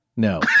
No